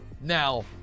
Now